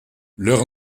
leur